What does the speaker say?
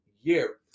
year